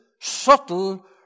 subtle